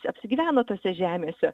apsigyveno tose žemėse